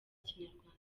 kinyarwanda